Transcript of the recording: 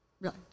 Right